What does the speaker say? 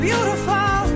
Beautiful